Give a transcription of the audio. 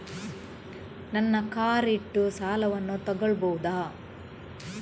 ನನ್ನ ಕಾರ್ ಇಟ್ಟು ಸಾಲವನ್ನು ತಗೋಳ್ಬಹುದಾ?